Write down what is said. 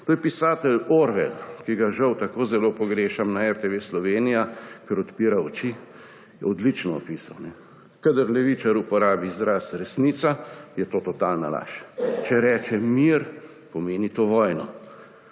To je pisatelj Orwell, ki ga žal tako zelo pogrešam na RTV Slovenija, ker odpira oči, odlično opisal. Kadar levičar uporabi izraz resnica, je to totalna laž. Če reče mir, pomeni to vojno.